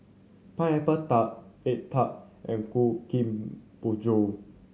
Pineapple Tart egg tart and kueh